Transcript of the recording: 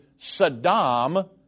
Saddam